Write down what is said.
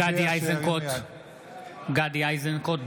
בעד גדי איזנקוט,